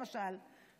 למשל,